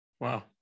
Wow